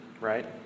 right